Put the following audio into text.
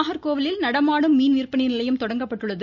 நாகர்கோவிலில் நடமாடும் மீன் விற்பனை நிலையம் தொடங்கப்பட்டுள்ளது